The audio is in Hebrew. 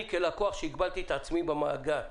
אני כלקוח, והגבלתי את עצמי במאגר,